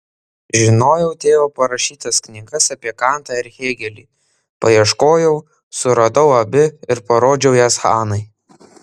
žinojau tėvo parašytas knygas apie kantą ir hėgelį paieškojau suradau abi ir parodžiau jas hanai